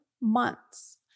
months